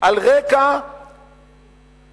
על רקע